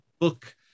book